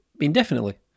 indefinitely